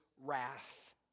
wrath